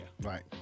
right